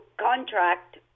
contract